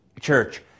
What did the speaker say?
church